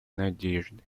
надежды